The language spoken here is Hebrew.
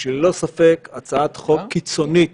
אין סיבה לנקוט בצעדים כל כך קיצוניים,